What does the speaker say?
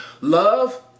love